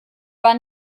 war